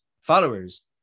followers